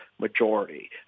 majority